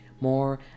More